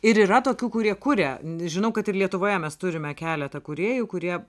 ir yra tokių kurie kuria žinau kad ir lietuvoje mes turime keletą kūrėjų kurie